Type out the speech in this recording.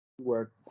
work